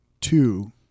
two